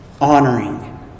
Honoring